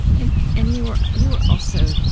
and and you were you were also